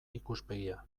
ikuspegia